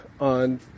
On